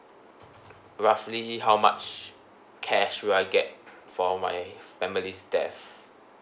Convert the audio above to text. roughly how much cash will I get for my families' death